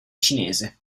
cinese